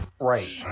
Right